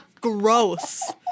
gross